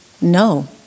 no